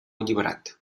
alliberat